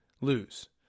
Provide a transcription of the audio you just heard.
lose